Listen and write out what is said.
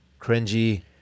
cringy